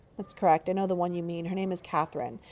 that's correct. i know the one you mean. her name is katharine.